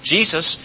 Jesus